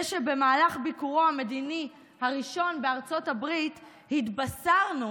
זה שבמהלך ביקורו המדיני הראשון בארצות הברית התבשרנו